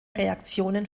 reaktionen